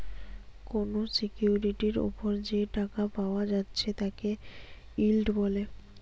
কোনো সিকিউরিটির উপর যে টাকা পায়া যাচ্ছে তাকে ইল্ড বলে